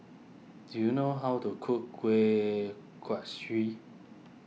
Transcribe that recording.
do you know how to cook Kuih Kaswi